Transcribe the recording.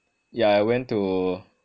yah I went to